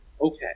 okay